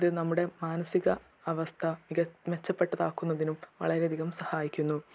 ഇത് നമ്മുടെ മാനസിക അവസ്ഥ മെച്ചപ്പെട്ടതാക്കുന്നതിനും വളരെ അധികം സഹായിക്കുന്നു